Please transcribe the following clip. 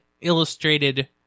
illustrated